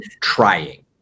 Trying